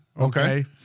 Okay